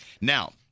Now